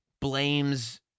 blames